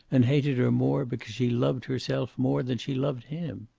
and hated her more because she loved herself more than she loved him.